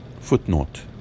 Footnote